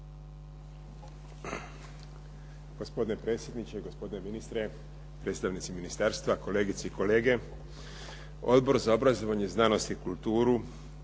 Gospodine predsjedniče, gospodine ministre, predstavnici ministarstva, kolegice i kolege. Odbor za obrazovanje, znanost i kulturu